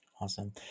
Awesome